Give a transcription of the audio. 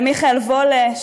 למיכאל וולה,